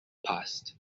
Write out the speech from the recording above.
passed